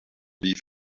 leave